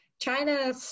china